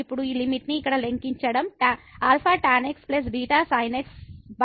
ఇప్పుడు ఈ లిమిట్ ని ఇక్కడ లెక్కించండి α tan xβ sin x x3